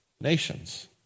nations